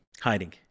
hiding